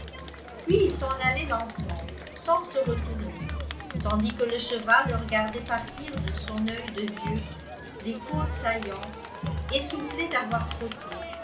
puis il s'en allait lentement sans se retourner tandis que le cheval le regardait partir de son œil de vieux les côtes saillantes essoufflé d'avoir trotté